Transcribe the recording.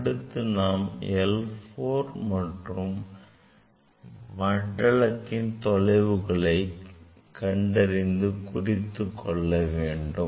அடுத்து நாம் L4 மற்றும் மண்டலத்தின் தொலைவுகளை கண்டறிந்து கொள்ள வேண்டும்